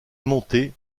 monter